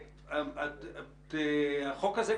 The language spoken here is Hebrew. החוק הזה,